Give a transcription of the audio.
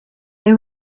they